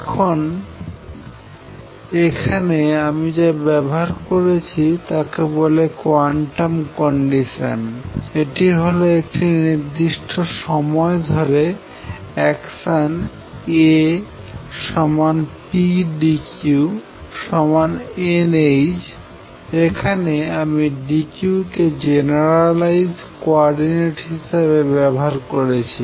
এবং এখানে আমি যা ব্যবহার করেছি তাকে বলে কোয়ান্টাম কন্ডিশন এটি হলো একটি নির্দিষ্ট সময় ধরে action A p dq nh এখানে আমি dq কে জেনারেলাইজ কোঅর্ডিনেট হিসেবে ব্যবহার করেছি